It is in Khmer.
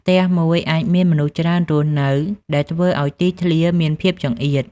ផ្ទះមួយអាចមានមនុស្សច្រើនរស់នៅ ដែលធ្វើឲ្យទីធ្លាមានភាពចង្អៀត។